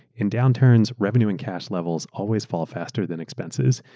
in downturns, revenue, and cash levels always fall faster than expenses.